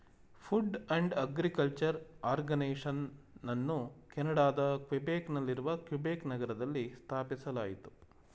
food and agriculture ಆರ್ಗನೈಸೇಷನನ್ನು ಕೆನಡಾದ Quebec ನಲ್ಲಿರುವ ಕ್ಯುಬೆಕ್ ನಗರದಲ್ಲಿ ಸ್ಥಾಪಿಸಲಾಯಿತು